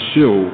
Show